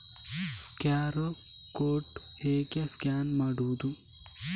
QR code ಹೇಗೆ scan ಮಾಡುವುದು?